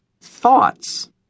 thoughts